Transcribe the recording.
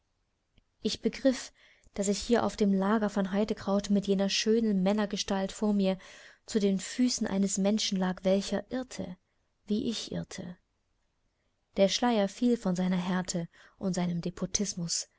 ich begriff daß ich hier auf dem lager von heidekraut mit jener schönen männergestalt vor mir zu den füßen eines menschen lag welcher irrte wie ich irrte der schleier fiel von seiner härte und seinem despotismus